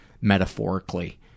metaphorically